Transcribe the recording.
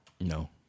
No